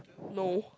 no